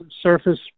surface